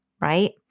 right